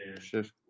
Shift